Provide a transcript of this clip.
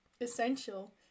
essential